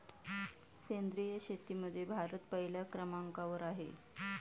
सेंद्रिय शेतीमध्ये भारत पहिल्या क्रमांकावर आहे